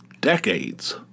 decades